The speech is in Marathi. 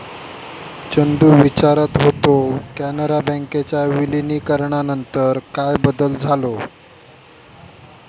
चंदू विचारत होतो, कॅनरा बँकेच्या विलीनीकरणानंतर काय बदल झालो?